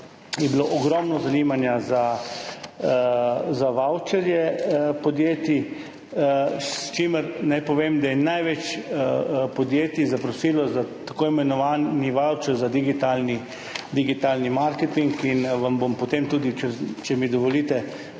je bilo ogromno zanimanja za vavčerje podjetij, pri čemer naj povem, da je največ podjetij zaprosilo za tako imenovani vavčer za digitalni marketing. Vam bomo potem tudi, če mi dovolite,